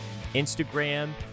Instagram